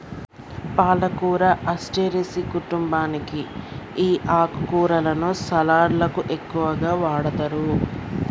పాలకూర అస్టెరెసి కుంటుంబానికి ఈ ఆకుకూరలను సలడ్లకు ఎక్కువగా వాడతారు